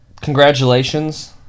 congratulations